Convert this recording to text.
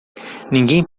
ninguém